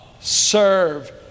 serve